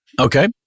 Okay